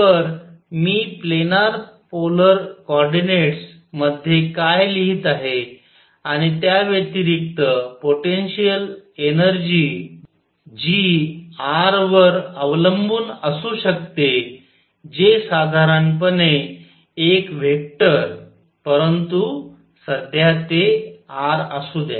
तर मी planar polar coordinates मध्ये काय लिहित आहे आणि त्याव्यतिरिक्त पोटेन्शिअल एनर्जी जी r वर अवलंबून असू शकते जे साधारणपणे एक व्हेक्टर परंतु सध्या ते r असू द्या